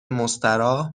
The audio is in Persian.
مستراح